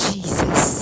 Jesus